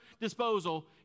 disposal